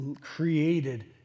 created